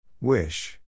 Wish